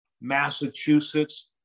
Massachusetts